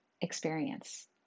experience